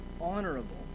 honorable